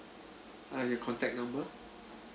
uh your contact number